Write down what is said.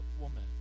woman